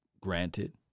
granted